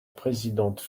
présidente